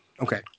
Okay